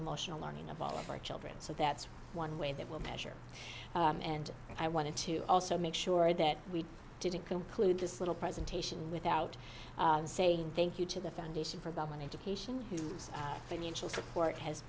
emotional learning of all of our children so that's one way that will measure and i wanted to also make sure that we didn't conclude this little presentation without saying thank you to the foundation for about one indication whose financial support has